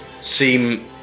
seem